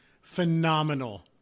phenomenal